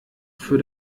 für